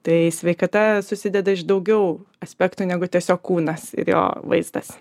tai sveikata susideda iš daugiau aspektų negu tiesiog kūnas ir jo vaizdas